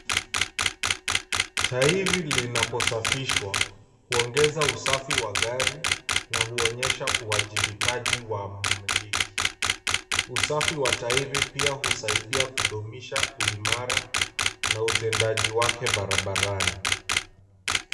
Tairi linaposafishwa huongeza usafi wa gari na huonyesha uajibikaji wa mmiliki. Usafi wa tairi pia husidia kudumisha uimara na utendaji wake barabarani.